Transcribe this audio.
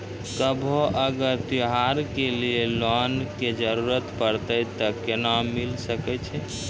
कभो अगर त्योहार के लिए लोन के जरूरत परतै तऽ केना मिल सकै छै?